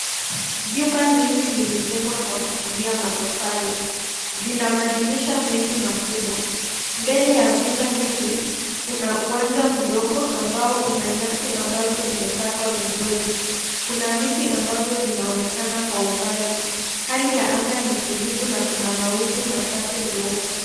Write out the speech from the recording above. Vyumba hivi vimejengwa kwa kutumia matofali. Vina madirisha mengi makubwa. Mbele ya vyumba hivi kuna uwanja mdogo ambao una nyasi ambazo zimekatwa vizuri. Kuna miti ambazo zinaonekana kwa umbali. Hali ya anga ni tulivu na kuna mawingu machache meupe.